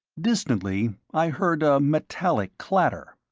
distantly i heard a metallic clatter.